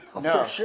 No